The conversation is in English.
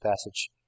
passage